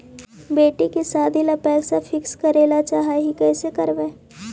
बेटि के सादी ल पैसा फिक्स करे ल चाह ही कैसे करबइ?